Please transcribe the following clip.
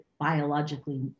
biologically